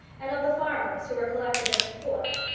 and of the farmers, who were collected as before.